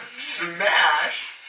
Smash